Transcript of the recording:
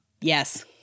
Yes